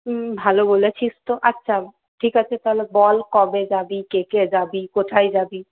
হুম ভালো বলেছিস তো আচ্ছা ঠিক আছে তাহলে বল কবে যাবি কে কে যাবি কোথায় যাবি